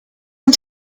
and